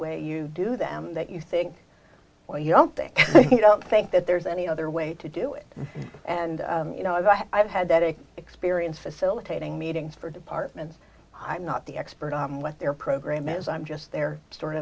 way you do them that you think well you don't think so you don't think that there's any other way to do it and you know i've had that a experience facilitating meetings for departments i'm not the expert on what their program is i'm just their stor